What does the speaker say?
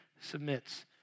submits